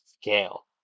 scale